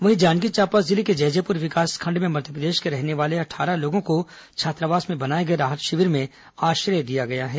वहीं जांजगीर चांपा जिले के जैजेप्र विकासखंड में मध्यप्रदेश के रहने वाले अट्ठारह लोगों को छात्रावास में बनाए गए राहत शिविर में आश्रय दिया गया है